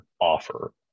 offer